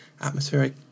atmospheric